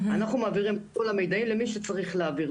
אנחנו מעבירים את כל המיידעים למי שצריך להעביר,